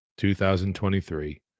2023